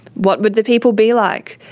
what would the people be like?